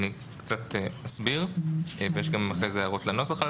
אני אסביר ואחר כך יש הערות לנוסח.